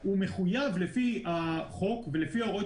הוא יהיה מחויב לפי החוק ולפי ההוראות